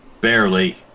Barely